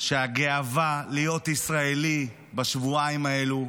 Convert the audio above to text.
שהגאווה להיות ישראלי בשבועיים האלה,